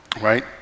right